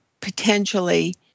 potentially